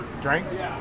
Drinks